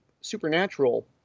supernatural